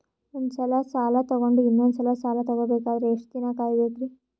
ಒಂದ್ಸಲ ಸಾಲ ತಗೊಂಡು ಇನ್ನೊಂದ್ ಸಲ ಸಾಲ ತಗೊಬೇಕಂದ್ರೆ ಎಷ್ಟ್ ದಿನ ಕಾಯ್ಬೇಕ್ರಿ?